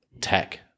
tech